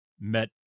met